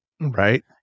Right